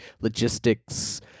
logistics